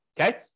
okay